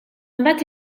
mbagħad